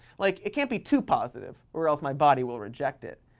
like, it can't be too positive or else my body will reject it.